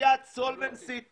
בסוגיית סולמן סי